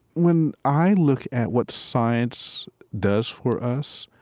when i look at what science does for us,